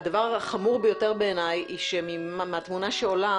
הדבר החמור ביותר בעיניי היא שמהתמונה שעולה